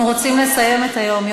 אנחנו רוצים לסיים את היום.